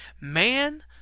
Man